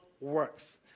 works